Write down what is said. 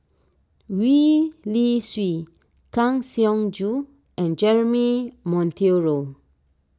Gwee Li Sui Kang Siong Joo and Jeremy Monteiro